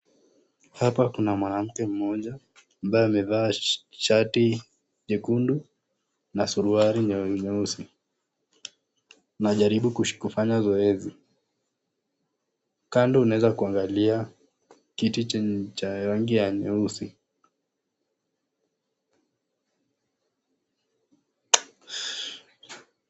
Hapa kuna mwanamke mmoja ambaye amevaa shati nyekundu na suruali nyeusi. Anajaribu kufanya mazoezi. Kando unaweza kuangalia kiti cha rangi ya nyeusi.